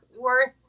worth